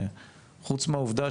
חוץ מהעובדה